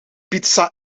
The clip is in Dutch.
pizza